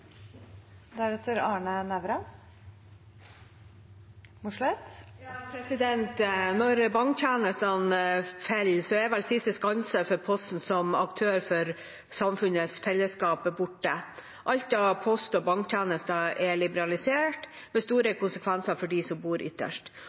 vel siste skanse for Posten som aktør for samfunnets fellesskap borte. Alt av post- og banktjenester er liberalisert, med store